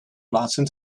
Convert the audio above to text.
plaatsen